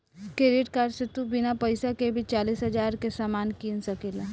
credit card से तू बिना पइसा के भी चालीस हज़ार के सामान किन सकेल